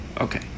Okay